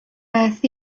beth